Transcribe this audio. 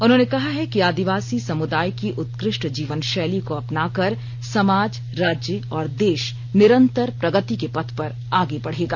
उन्होंने कहा है कि आदिवासी समुदाय की उत्कृष्ट जीवन शैली को अपनाकर समाज राज्य और देश निरंतर प्रगति के पथ पर आगे बढ़ेगा